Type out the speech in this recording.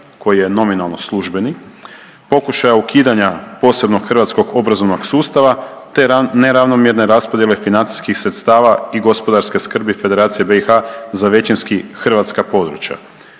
koji je nominalno službeni, pokušaja ukidanja posebno hrvatskog obrazovnog sustava te neravnomjerne raspodjele financijskih sredstava i gospodarske skrbi Federacije BiH za većinski hrvatska područja.